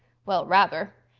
well, rather!